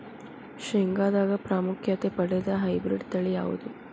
ಶೇಂಗಾದಾಗ ಪ್ರಾಮುಖ್ಯತೆ ಪಡೆದ ಹೈಬ್ರಿಡ್ ತಳಿ ಯಾವುದು?